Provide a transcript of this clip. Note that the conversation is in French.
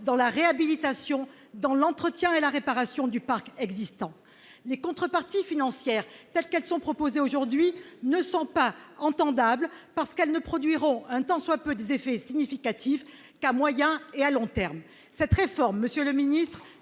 dans la réhabilitation dans l'entretien et la réparation du parc existant, les contreparties financières telles qu'elles sont proposées aujourd'hui ne sont pas entendable parce qu'elles ne produiront un tant soit peu des effets significatifs qu'à moyen et à long terme cette réforme Monsieur le Ministre,